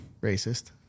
Racist